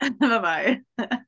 Bye-bye